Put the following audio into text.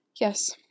Yes